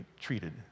treated